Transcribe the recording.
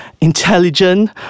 intelligent